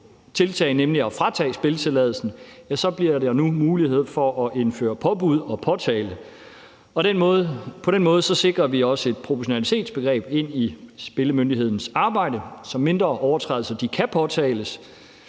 tiltag at fratage spilletilladelsen bliver der nu mulighed for at indføre påbud og påtale. Og på den måde sikrer vi også et proportionalitetsbegreb i spillemyndighedens arbejde, så mindre overtrædelser kan påtales,